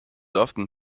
often